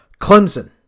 Clemson